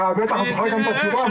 אתה בטח גם זוכר את התשובה.